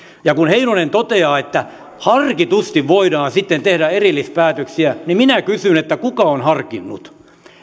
ja kun heinonen toteaa että harkitusti voidaan sitten tehdä erillispäätöksiä niin minä kysyn kuka on harkinnut